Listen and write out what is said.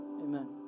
Amen